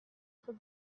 for